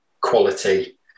quality